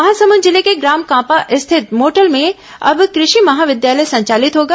महामसुंद जिले के ग्राम कांपा स्थित मोटल में अब कृषि महाविद्यालय संचालित होगा